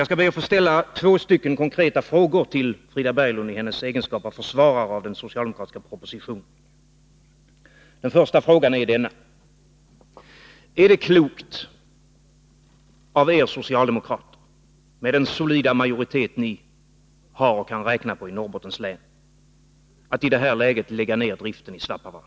Jag skall be att till Frida Berglund i hennes egenskap av försvarare av den socialdemokratiska propositionen få ställa ett par konkreta frågor. Den första frågan är: Är det klokt av er socialdemokrater, med den solida majoritet ni har och kan räkna med i Norrbottens län, att i det här läget lägga ner driften i Svappavaara?